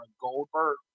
Goldberg